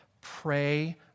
pray